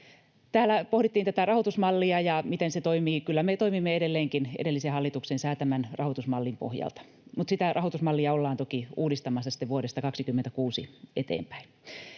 Täällä pohdittiin tätä rahoitusmallia ja sitä, miten se toimii. Kyllä me toimimme edelleenkin edellisen hallituksen säätämän rahoitusmallin pohjalta, mutta sitä rahoitusmallia ollaan toki uudistamassa sitten vuodesta 26 eteenpäin.